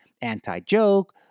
anti-joke